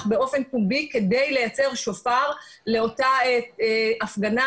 באופן פומבי כדי לייצר שופר לאותה הפגנה,